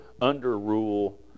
under-rule